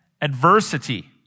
adversity